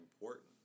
important